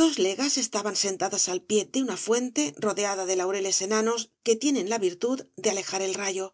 dos legas estaban sentadas al pie de una fuente rodeada de laureles enanos que tienen la virtud de alejar el rayo